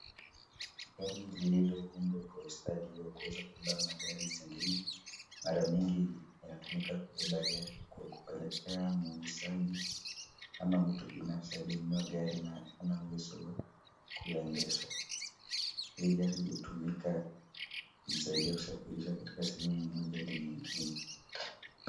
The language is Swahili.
Gari liloundwa kwa ustadiwa wa kuweza kubeba magari zingine mara mingi inatumika kubeba magari kwa kupelekea muuzaji ama mtu binafsi aliyenunua gari na ana uwezo wa kuendesha. Hii gari hutumika kumsaidia kusafirisha katika sehemu moja hadi nyingine.